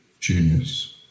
genius